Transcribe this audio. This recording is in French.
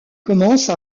commence